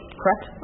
correct